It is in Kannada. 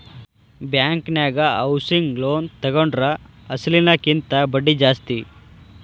ಬ್ಯಾಂಕನ್ಯಾಗ ಹೌಸಿಂಗ್ ಲೋನ್ ತಗೊಂಡ್ರ ಅಸ್ಲಿನ ಕಿಂತಾ ಬಡ್ದಿ ಜಾಸ್ತಿ